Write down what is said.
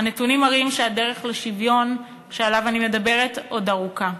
הנתונים מראים שהדרך לשוויון שעליו אני מדברת עוד ארוכה.